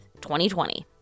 2020